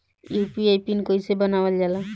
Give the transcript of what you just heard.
UPI PIN कइसे बनावल जाला?